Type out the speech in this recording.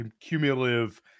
cumulative